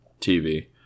TV